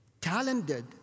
talented